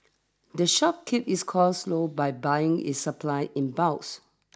the shop keeps its costs low by buying its supplies in bulks